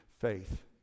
faith